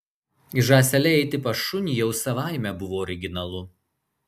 žąsele eiti pas šunį jau savaime buvo originalu